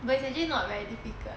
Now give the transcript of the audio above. but it's actually not very difficult